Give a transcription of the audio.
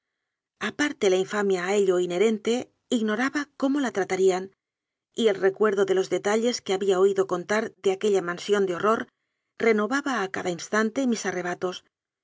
aparte la infamia a ello inherente ignoraba cómo la tratarían y el recuerdo de los detalles que había oído contar de aquella mansión de horror renovaba a cada instante mis arrebatos